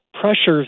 Pressures